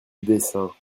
dessin